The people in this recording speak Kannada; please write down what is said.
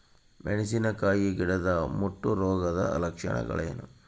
ಮೆಣಸಿನಕಾಯಿ ಗಿಡದ ಮುಟ್ಟು ರೋಗದ ಲಕ್ಷಣಗಳೇನು?